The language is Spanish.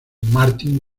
martín